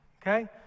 Okay